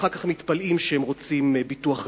ואחר כך מתפלאים שהם רוצים ביטוח רפואי,